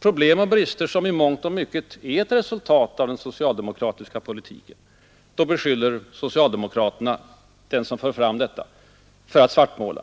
problem och brister som i mångt och mycket är ett resultat av den socialdemokratiska politiken, beskylls han av socialdemokraterna för att svartmåla.